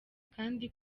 kandi